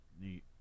neat